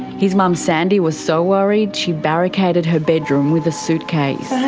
his mum sandy was so worried she barricaded her bedroom with a suitcase.